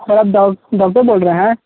sir आप doctor बोल रहे हैं